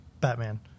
Batman